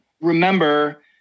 remember